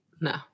No